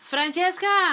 Francesca